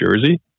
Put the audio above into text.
jersey